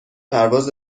پرواز